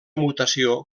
mutació